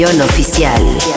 oficial